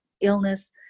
illness